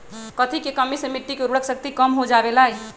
कथी के कमी से मिट्टी के उर्वरक शक्ति कम हो जावेलाई?